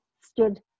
stood